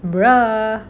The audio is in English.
blur